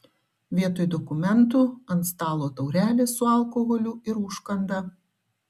vietoj dokumentų ant stalo taurelės su alkoholiu ir užkanda